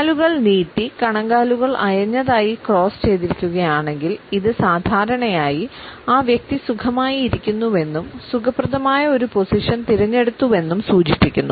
കാലുകൾ നീട്ടി കണങ്കാലുകൾ അയഞ്ഞതായി ക്രോസ് ചെയ്തിരിക്കുകയാണെങ്കിൽ ഇത് സാധാരണയായി ആ വ്യക്തി സുഖമായിരിക്കുന്നുവെന്നും സുഖപ്രദമായ ഒരു പൊസിഷൻ തിരഞ്ഞെടുത്തുവെന്നും സൂചിപ്പിക്കുന്നു